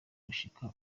gushika